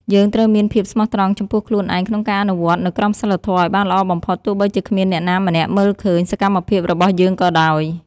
យើងត្រូវតែមានភាពស្មោះត្រង់ចំពោះខ្លួនឯងក្នុងការអនុវត្តនូវក្រមសីលធម៌ឱ្យបានល្អបំផុតទោះបីជាគ្មានអ្នកណាម្នាក់មើលឃើញសកម្មភាពរបស់យើងក៏ដោយ។